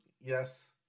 Yes